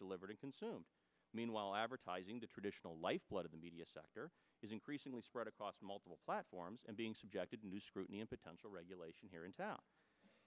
delivered and consume meanwhile advertising the traditional lifeblood of the media sector is increasingly spread across multiple platforms and being subjected new scrutiny in potential regulation here in town